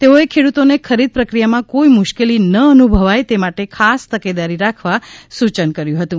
તેઓએ ખેડૂતોને ખરીદ પ્રક્રિયામાં કોઇ મુશ્કેલી ન અનુભવાય તે માટે ખાસ તકેદારી રાખવા સૂયન કર્યું હતું